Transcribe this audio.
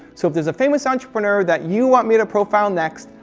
so if there's a famous entrepreneur that you want me to profile next,